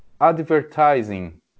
advertising